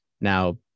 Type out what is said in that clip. Now